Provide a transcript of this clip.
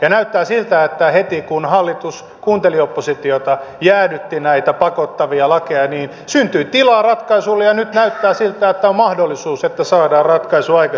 ja näyttää siltä että heti kun hallitus kuunteli oppositiota jäädytti näitä pakottavia lakeja syntyi tilaa ratkaisulle ja nyt näyttää siltä että on mahdollisuus että saadaan ratkaisu aikaiseksi